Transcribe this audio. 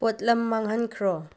ꯄꯣꯠꯂꯝ ꯃꯥꯡꯍꯟꯈ꯭ꯔꯣ